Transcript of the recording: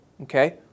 Okay